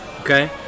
okay